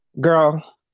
girl